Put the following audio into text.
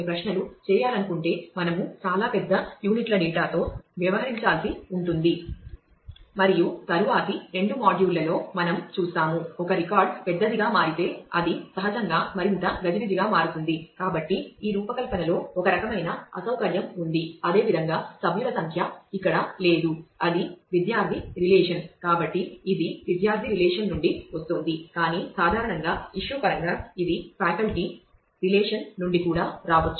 ప్రతి రికార్డు నుండి వస్తోంది కాని సాధారణంగా ఇష్యూ పరంగా ఇది ఫ్యాకల్టీ రిలేషన్ల నుండి కూడా రావచ్చు